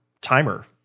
timer